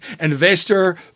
investor